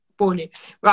right